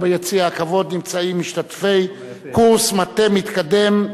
ביציע הכבוד נמצאים משתתפי קורס מטה מתקדם,